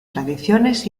tradiciones